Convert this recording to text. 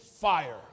fire